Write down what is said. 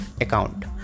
account